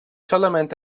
solament